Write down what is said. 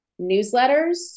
newsletters